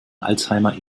alzheimer